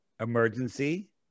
emergency